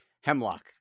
Hemlock